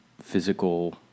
physical